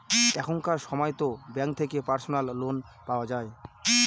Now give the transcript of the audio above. এখনকার সময়তো ব্যাঙ্ক থেকে পার্সোনাল লোন পাওয়া যায়